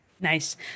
Nice